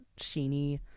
sheeny